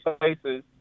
places